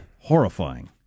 Horrifying